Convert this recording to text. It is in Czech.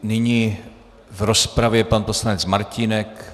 Nyní v rozpravě pan poslanec Martínek.